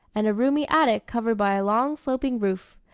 and a roomy attic covered by a long, sloping roof.